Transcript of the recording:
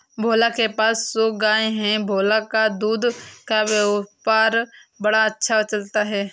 भोला के पास सौ गाय है भोला का दूध का व्यापार बड़ा अच्छा चलता है